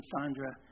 Sandra